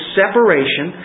separation